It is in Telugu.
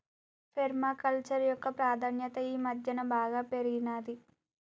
పేర్మ కల్చర్ యొక్క ప్రాధాన్యత ఈ మధ్యన బాగా పెరిగినాది